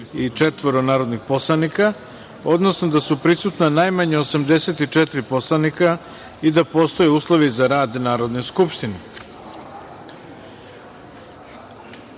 134 narodnih poslanika, odnosno da su prisutna najmanje 84 narodna poslanika i da postoje uslovi za rad Narodne skupštine. Da